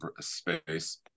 space